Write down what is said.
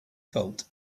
fault